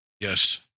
Yes